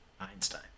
Einstein